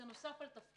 זה נוסף על תפקיד.